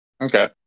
Okay